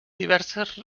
diverses